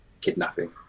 kidnapping